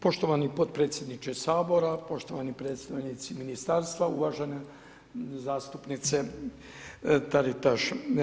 Poštovani potpredsjedniče Sabora, poštovani predstavnici ministarstva, uvažene zastupnica Taritaš.